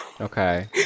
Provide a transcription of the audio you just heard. okay